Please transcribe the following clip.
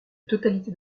totalité